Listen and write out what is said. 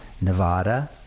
Nevada